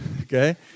okay